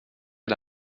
est